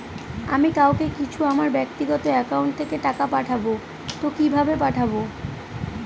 আমি কাউকে কিছু আমার ব্যাক্তিগত একাউন্ট থেকে টাকা পাঠাবো তো কিভাবে পাঠাবো?